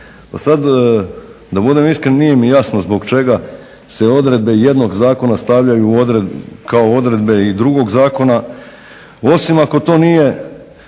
i sada da budem iskren nije mi jasno zbog čega se odredbe jednog Zakona stavljaju kao odredbe drugog Zakona osim ako to nije